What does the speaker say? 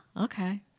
okay